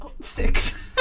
Six